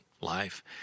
life